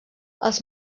els